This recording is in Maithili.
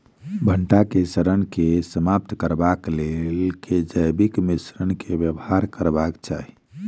भंटा केँ सड़न केँ समाप्त करबाक लेल केँ जैविक मिश्रण केँ व्यवहार करबाक चाहि?